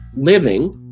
living